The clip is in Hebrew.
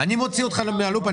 אני מוציא אותך מן ה-loop.